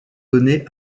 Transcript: donnée